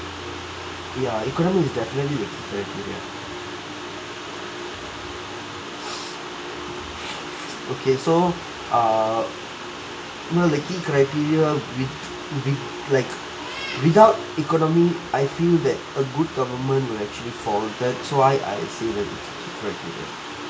ya economy is definitely the key criteria okay so err well the key criteria with with like without economy I feel that a good government will actually so I I feel that it is the key criteria